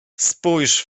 spójrz